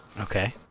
okay